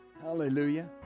Hallelujah